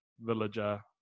villager